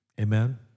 Amen